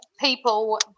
people